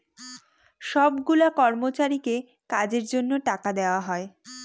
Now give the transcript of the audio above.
সব গুলা কর্মচারীকে কাজের জন্য টাকা দেওয়া হয়